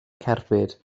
cerbyd